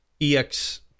EX